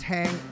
Hang